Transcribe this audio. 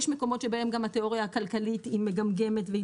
יש מקומות שבהם גם התיאוריה הכלכלית היא מגמגמת והיא